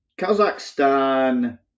Kazakhstan